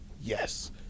yes